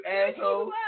asshole